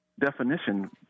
definition